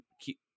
keep